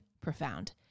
profound